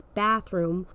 bathroom